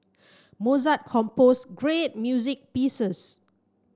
Mozart composed great music pieces